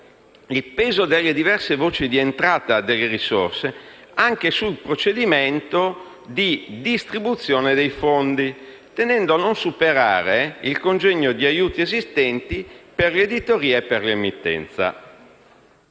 il peso delle diverse voci di entrata delle risorse anche sul procedimento di distribuzione dei fondi, tenendo a non superare il congegno di aiuti esistenti, per l'editoria e per l'emittenza.